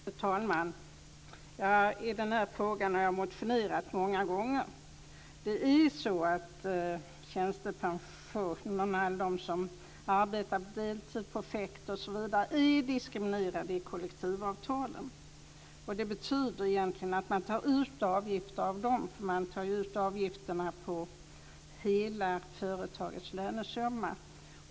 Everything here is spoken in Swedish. Fru talman! I den här frågan har jag motionerat många gånger. Det är så att de som arbetat i deltidsprojekt osv. är diskriminerade i kollektivavtalen. Det betyder egentligen att man tar ut avgifter av dem, för man tar ju ut avgifterna på hela företagets lönesumma.